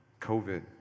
covid